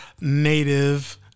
Native